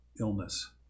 illness